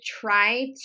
try